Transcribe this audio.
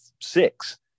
six